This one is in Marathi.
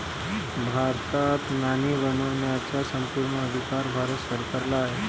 भारतात नाणी बनवण्याचा संपूर्ण अधिकार भारत सरकारला आहे